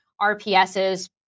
RPSs